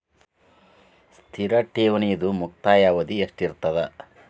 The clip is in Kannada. ಸ್ಥಿರ ಠೇವಣಿದು ಮುಕ್ತಾಯ ಅವಧಿ ಎಷ್ಟಿರತದ?